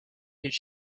his